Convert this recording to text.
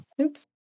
Oops